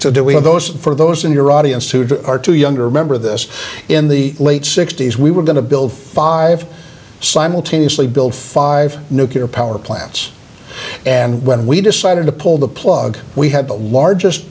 so do we have those for those in your audience who are too young to remember this in the late sixty's we were going to build five simultaneously build five nuclear power plants and when we decided to pull the plug we had the largest